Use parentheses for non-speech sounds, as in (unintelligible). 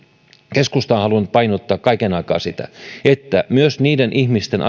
keskusta on halunnut painottaa kaiken aikaa sitä että myös niiden ihmisten (unintelligible)